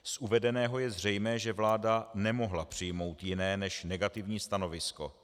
Z uvedeného je zřejmé, že vláda nemohla přijmout jiné než negativní stanovisko.